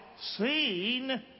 seen